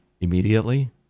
immediately